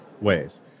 ways